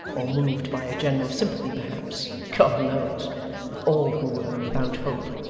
or moved by a general sympathy perhaps god knows with all who were without hope,